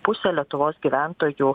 pusė lietuvos gyventojų